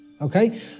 okay